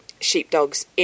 sheepdogs